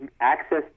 access